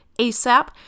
ASAP